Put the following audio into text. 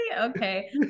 Okay